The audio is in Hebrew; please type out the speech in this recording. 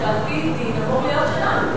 שעל-פי דין אמור להיות שלנו,